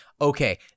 Okay